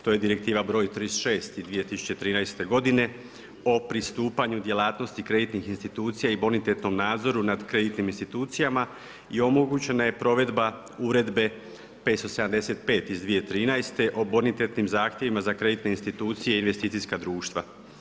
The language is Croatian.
To je direktiva broj 36 iz 2013. godine o pristupanju djelatnosti kreditnih institucija i bonitetnom nadzoru nad kreditnim institucijama i omogućena je provedba Uredbe 575. iz 2013. o bonitetnim zahtjevima za kreditne institucije i investicijska društva.